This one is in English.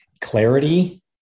clarity